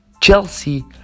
Chelsea